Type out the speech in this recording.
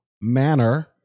manner